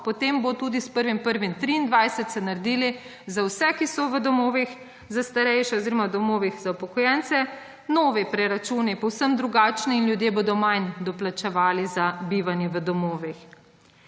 potem bo tudi s 1. 1. 2023 se naredili za vse, ki so v domovih za starejše oziroma v domovih za upokojence novi preračuni, povsem drugačni, in ljudje bodo manj doplačevali za bivanje v domovih.